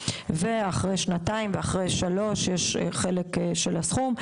ואחרי שנתיים ואחרי שלוש יש חלק של הסכום.